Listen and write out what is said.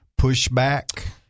pushback